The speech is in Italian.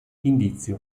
indizio